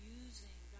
using